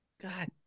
God